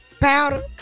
Powder